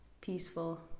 peaceful